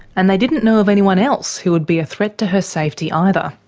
and they didn't know of anyone else who would be a threat to her safety either.